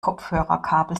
kopfhörerkabel